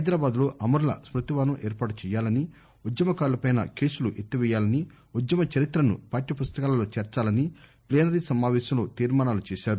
హైదరాబాద్లో అమరుల స్భుతివనం ఏర్పాటు చేయాలని ఉద్యమకారులపై కేసులు ఎత్తివేయాలని ఉద్యమ చరిత్రను పాఠ్యపుస్తకాలలో చేర్చాలని ప్లీనరీ సమావేశంలో తీర్శానాలు చేశారు